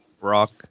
rock